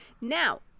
Now